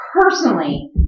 personally